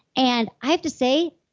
and i have to say,